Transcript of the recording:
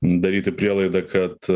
daryti prielaidą kad